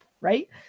right